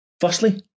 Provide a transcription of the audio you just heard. Firstly